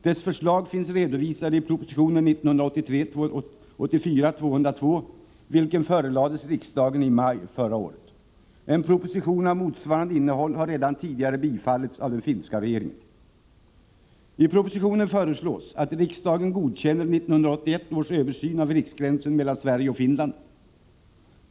Deras förslag finns redovisade i proposition 1983/84:202, vilken förelades riksdagen i maj förra året. En proposition av motsvarande innehåll har redan tidigare bifallits av den finska riksdagen. I propositionen föreslås att riksdagen godkänner 1981 års översyn av riksgränsen mellan Sverige och Finland.